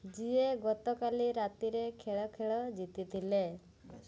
ଯିଏ ଗତକାଲି ରାତିରେ ଖେଳ ଖେଳ ଜିତିଥିଲେ